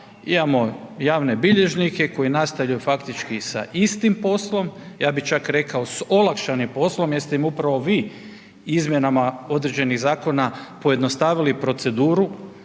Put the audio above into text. Imamo javne bilježnike koji nastavljaju faktički sa istim poslom, ja bih čak rekao s olakšanim poslom jer ste im upravo vi izmjenama određenih zakona pojednostavili proceduru,